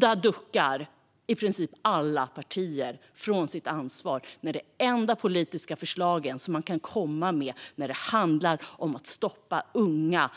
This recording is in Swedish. Här duckar i princip alla politiska partier från sitt ansvar när det enda politiska förslag de kommer med när det handlar om att stoppa ungas